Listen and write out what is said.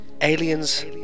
Aliens